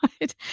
right